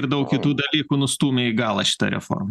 ir daug kitų dalykų nustūmė į galą šita reforma